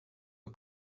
nur